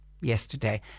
yesterday